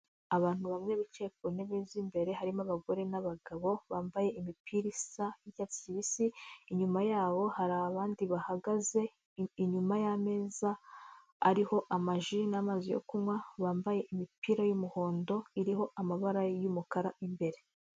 Abantu bamwe bicaye ku ntebe z'imbere harimo abagore n'abagabo bambaye imipira isa y'icyatsi kibisi, inyuma yabo hari abandi bahagaze inyuma y'ameza ariho amaji n'amazi yo kunywa, bambaye imipira y'umuhondo iriho amabara y'umukara imbere.